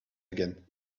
again